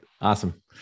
Awesome